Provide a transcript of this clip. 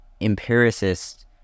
empiricists